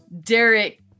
Derek